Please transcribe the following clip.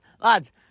Lads